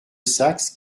saxe